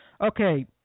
Okay